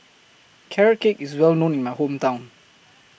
Carrot Cake IS Well known in My Hometown